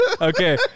okay